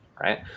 right